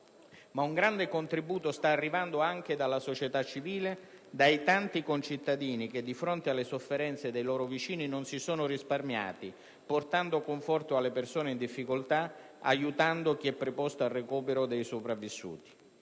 Ma un grande contributo sta arrivando anche dalla società civile, dai tanti concittadini che di fronte alle sofferenze dei loro vicini non si sono risparmiati, portando conforto alle persone in difficoltà, aiutando chi è preposto al recupero dei sopravvissuti.